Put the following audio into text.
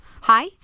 Hi